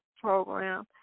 program